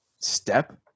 step